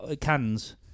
cans